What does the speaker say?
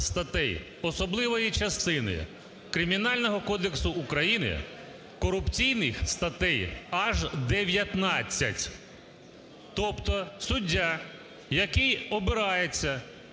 статей "Особливої частини" Кримінального кодексу України корупційних статей аж 19. Тобто суддя, який обирається